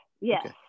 yes